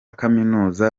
kaminuza